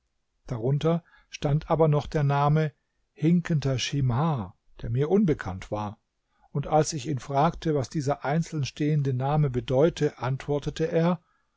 darunter stand aber noch der name hinkender schimhar der mir unbekannt war und als ich ihn fragte was dieser einzeln stehende name bedeute antwortete er